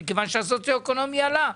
מכיוון שהמדד הסוציו-אקונומי עלה.